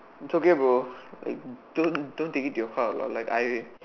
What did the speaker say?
it's okay bro like don't don't take it to you heart lah I